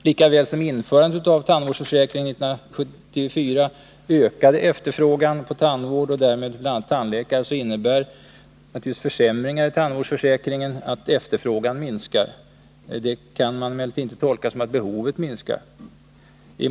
Likaväl som införandet av tandvårdsförsäkringen 1974 ökade efterfrågan på tandvård och därmed bl.a. tandläkare, innebär naturligtvis försämringar i tandvårdsförsäkringen att efterfrågan minskar. Detta kan emellertid inte tolkas som att behovet minskar.